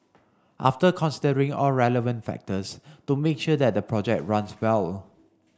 after considering all relevant factors to make sure that the project runs well